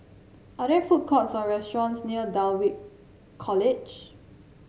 are there food courts or restaurants near Dulwich College